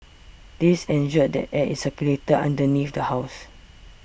this ensured that air is circulated underneath the house